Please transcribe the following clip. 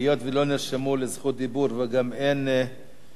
היות שלא נרשמו לזכות דיבור וגם אין מסתייגים,